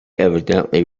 evidently